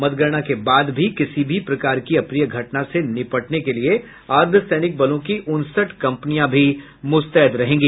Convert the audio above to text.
मतगणना के बाद भी किसी भी प्रकार की अप्रिय घटना से निपटने के लिये अर्धसैनिक बलों की उनसठ कंपनियां भी मुस्तैद रहेंगी